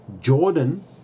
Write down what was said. Jordan